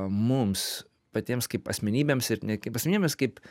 mums patiems kaip asmenybėms ir ne kaip asmenybėms kaip